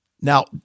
now